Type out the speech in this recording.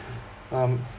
um